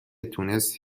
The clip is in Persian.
تونست